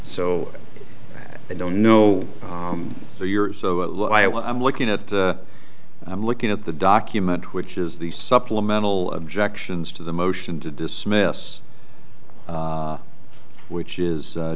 so i don't know where you're so i'm looking at i'm looking at the document which is the supplemental objections to the motion to dismiss which is